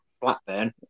Blackburn